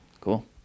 cool